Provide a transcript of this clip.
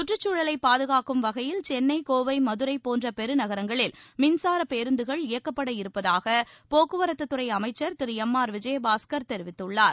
சுற்றுச்சூழலை பாதுகாக்கும் வகையில் சென்னை கோவை மதுரை போன்ற பெருநகரங்களில் மின்சாரப் பேருந்துகள் இயக்கப்பட இருப்பதாக போக்குவரத்துத்துறை அமைச்சர் திரு எஎம் ஆர் விஜயபாஸ்கர் தெரிவித்துள்ளார்